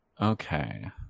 Okay